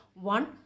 one